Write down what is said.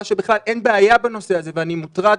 שבכלל אין בעיה בנושא הזה ואני מוטרד,